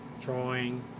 drawing